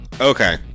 Okay